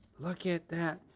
look at that.